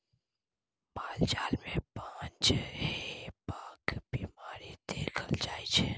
माल जाल मे बाँझ हेबाक बीमारी देखल जाइ छै